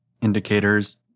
indicators